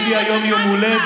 יש לי היום יום הולדת,